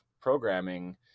programming